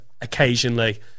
occasionally